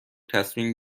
تصمیم